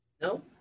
No